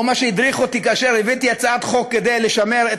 מה שהדריך אותי כאשר הבאתי הצעת חוק כדי לשמר את